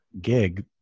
gig